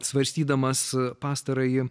svarstydamas pastarąjį